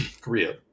Korea